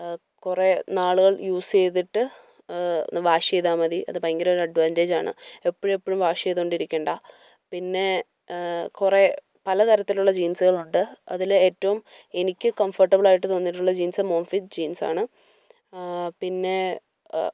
കുറേ നാളുകൾ യൂസ് ചെയ്തിട്ട് ഒന്ന് വാഷ് ചെയ്താൽ മതി അത് ഭയങ്കര ഒരു അഡ്വാൻറേജ് ആണ് എപ്പോഴും എപ്പോഴും വാഷ് ചെയ്തുകൊണ്ടിരിക്കേണ്ട പിന്നെ കുറേ പല തരത്തിലുള്ള ജീൻസുകൾ ഉണ്ട് അതിൽ ഏറ്റവും എനിക്ക് കംഫോട്ടബിൾ ആയിട്ട് തോന്നിയിട്ടുള്ള ജീൻസ് മോം ഫിറ്റ് ജീൻസ് ആണ് പിന്നെ